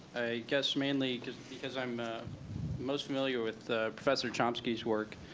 guess, mainly, because because i'm ah most familiar with professor chomsky's work.